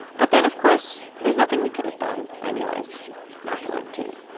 but then of course, there's nothing we could have done, i realized afterward too.